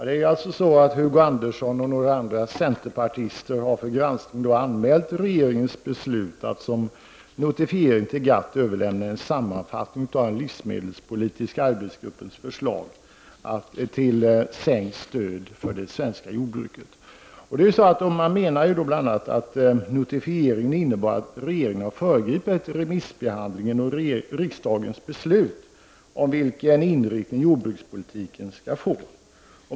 Fru talman! Hugo Andersson och några andra centerpartister har till konstitutionsutskottet för granskning anmält regeringens beslut att som notifiering till GATT överlämna en sammanfattning av livsmedelspolitiska arbetsgruppens förslag till ett minskat stöd för det svenska jordbruket. Man menar bl.a. att regeringen har föregripit remissbehandlingen och riksdagens beslut om vilken inriktning jordbrukspolitiken skall få.